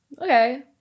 okay